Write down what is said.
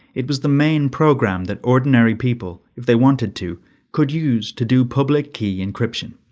it was the main program that ordinary people if they wanted to could use to do public key encryption.